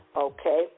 Okay